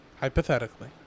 hypothetically